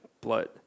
blood